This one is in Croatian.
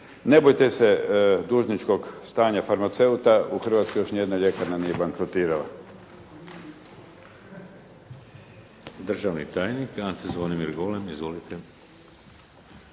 Ne bojte se dužničkog stanja farmaceuta, u Hrvatskoj još ni jedna ljekarna nije bankrotirala.